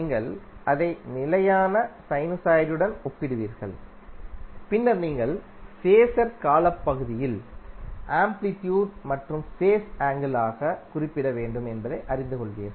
நீங்கள் அதை நிலையான சைனுசாய்டுடன் ஒப்பிடுவீர்கள் பின்னர் நீங்கள் ஃபேஸர் காலப்பகுதியில் ஆம்ப்ளிட்யூட் மற்றும் ஃபேஸ் ஆங்கிள் ஆக குறிப்பிட வேண்டும் என்பதை அறிந்து கொள்வீர்கள்